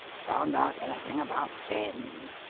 found out anything about them?